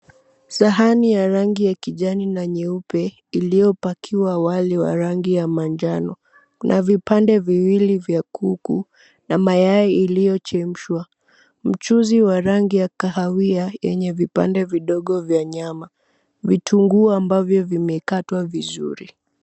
Sahani ya rangi ya kijani na nyeupe iliyopakiwa wali wa rangi ya manjano. Kuna vipande viwili vya kuku na mayai iliyochemshwa. Mchuzi wa rangi ya kahawia yenye vipande vidogo vya nyama. Vitunguu ambavyo vimekatwa vizuri.